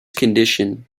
condition